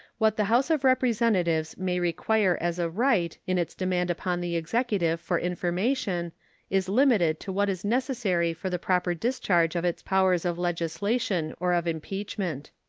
what the house of representatives may require as a right in its demand upon the executive for information is limited to what is necessary for the proper discharge of its powers of legislation or of impeachment.